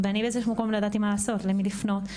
ואני באיזשהו מקום לא ידעתי מה לעשות למי לפנות.